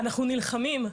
אנחנו נלחמים.